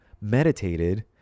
meditated